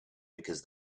because